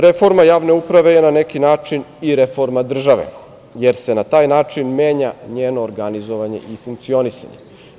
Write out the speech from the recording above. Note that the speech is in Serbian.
Reforma javne uprave je na neki način i reforma države, jer se na taj način menja njeno organizovanje i funkcionisanje.